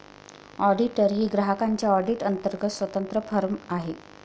auditor ही ग्राहकांच्या audit अंतर्गत स्वतंत्र फर्म आहे